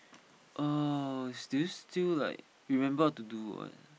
oh do you still like remember how to do one